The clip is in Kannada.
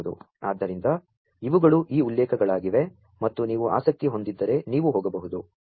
ಆದ್ದರಿಂ ದ ಇವು ಗಳು ಈ ಉಲ್ಲೇ ಖಗಳಾ ಗಿವೆ ಮತ್ತು ನೀ ವು ಆಸಕ್ತಿ ಹೊಂ ದಿದ್ದರೆ ನೀ ವು ಹೋ ಗಬಹು ದು